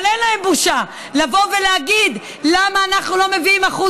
אבל אין להם בושה לבוא ולהגיד: למה אנחנו לא מביאים 1%,